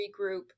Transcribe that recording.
regroup